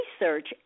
research